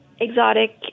exotic